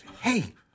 hey